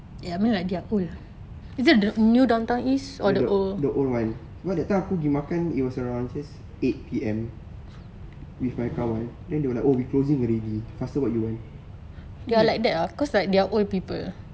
no no the old [one] that time aku gi makan it was around eight P_M with my kawan then they be like oh we are closing already faster what you want